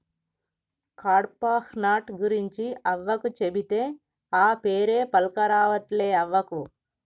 కడ్పాహ్నట్ గురించి అవ్వకు చెబితే, ఆ పేరే పల్కరావట్లే అవ్వకు